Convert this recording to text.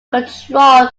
controlled